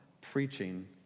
preaching